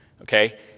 Okay